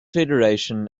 federation